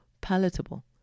palatable